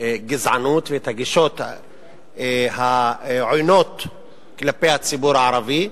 הגזענות ואת הגישות העוינות כלפי הציבור הערבי,